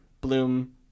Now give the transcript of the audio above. bloom